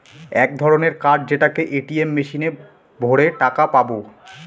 এক ধরনের কার্ড যেটাকে এ.টি.এম মেশিনে ভোরে টাকা পাবো